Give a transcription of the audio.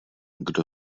kdo